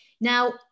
Now